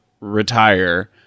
retire